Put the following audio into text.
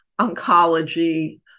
oncology